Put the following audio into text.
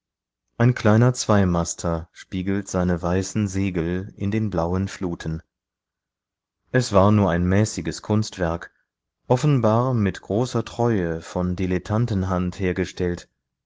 ein kleiner zweimaster spiegelt seine weißen segel in den blauen fluten es war nur ein mäßiges kunstwerk offenbar mit großer treue von dilettantenhand hergestellt